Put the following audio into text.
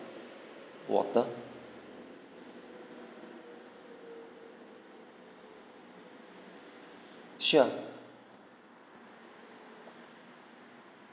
water sure